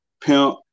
Pimp